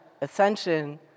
ascension